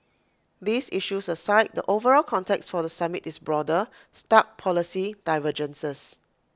these issues aside the overall context for the summit is broader stark policy divergences